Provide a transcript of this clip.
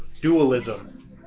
dualism